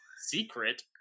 Secret